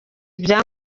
ibya